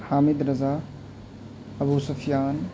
Hamid Raza Abu Sufyan